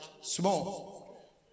small